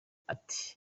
ati